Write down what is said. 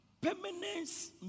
permanence